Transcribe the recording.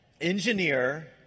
Engineer